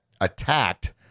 attacked